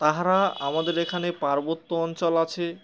তাহারা আমাদের এখানে পার্বত্য অঞ্চল আছে